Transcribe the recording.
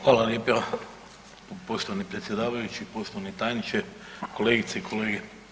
Hvala lijepo poštovani predsjedavajući, poštovani tajniče, kolegice i kolege.